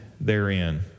therein